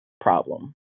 problem